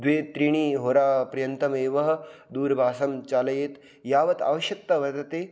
द्वे त्रिणि होराप्रयन्तमेवः दूरभाषां चालयेत् यावत् आवश्यकता वर्तते